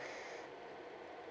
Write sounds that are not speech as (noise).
(breath)